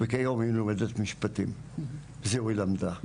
וכיום היא לומדת משפטים, זהו היא למדה.